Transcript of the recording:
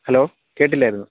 hello കേട്ടില്ലായിരുന്നു